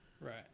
Right